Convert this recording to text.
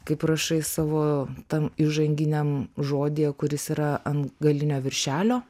kaip rašai savo tam įžanginiam žodyje kuris yra ant galinio viršelio